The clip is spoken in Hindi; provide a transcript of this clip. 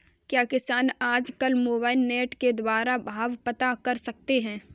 क्या किसान आज कल मोबाइल नेट के द्वारा भाव पता कर सकते हैं?